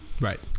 Right